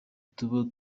tuba